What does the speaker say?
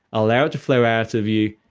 allow it to flow out of you,